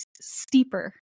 steeper